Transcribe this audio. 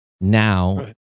now